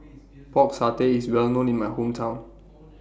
Pork Satay IS Well known in My Hometown